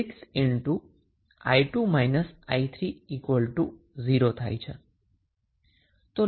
તો હવે આપણે લુપ 2 અને 3 માટે KVL લાગુ કરીશું